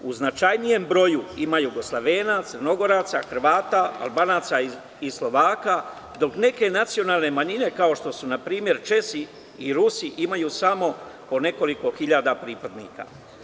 U značajnijem broju ima Jugoslovena, Crnogoraca, Hrvata, Albanaca i Slovaka, dok neke nacionalne manjine, kao što su npr. Česi u Rusi imaju samo po nekoliko hiljada pripadnika.